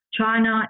China